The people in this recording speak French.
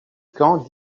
camp